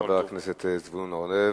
חבר הכנסת זבולון אורלב.